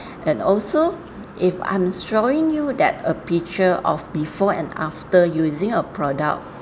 and also if I'm showing you that a picture of before and after using a product